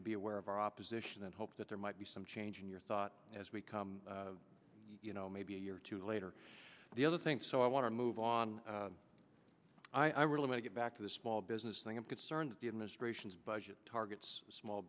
to be aware of our opposition and hope that there might be some change in your thought as we come you know maybe a year or two later the other thing so i want to move on i really may get back to the small business thing i'm concerned the administration's budget targets small